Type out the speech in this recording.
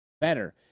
better